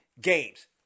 games